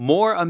More